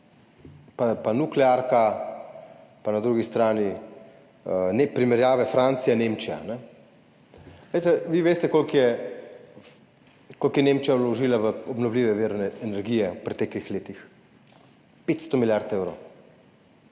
nuklearka, na drugi strani primerjave s Francijo, Nemčijo. Ali vi veste, koliko je Nemčija vložila v obnovljive vire energije v preteklih letih? 500 milijard evrov,